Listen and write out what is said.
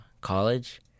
college